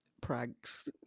pranks